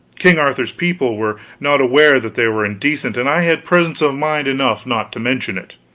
king arthur's people were not aware that they were indecent and i had presence of mind enough not to mention it.